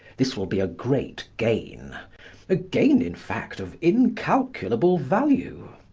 this will be a great gain a gain, in fact, of incalculable value.